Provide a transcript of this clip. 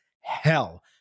hell